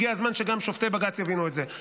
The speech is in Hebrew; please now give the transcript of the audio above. הגיע הזמן שגם שופטי בג"ץ יבינו את זה.